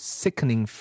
sickening